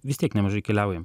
vis tiek nemažai keliaujam